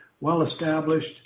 well-established